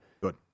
Good